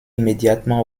immédiatement